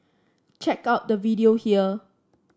check out the video here